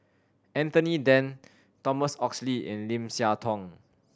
Anthony Then Thomas Oxley and Lim Siah Tong